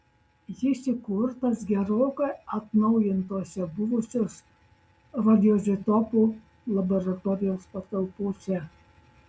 jis įkurtas gerokai atnaujintose buvusios radioizotopų laboratorijos patalpose